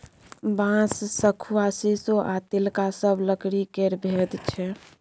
बांस, शखुआ, शीशो आ तिलका सब लकड़ी केर भेद छै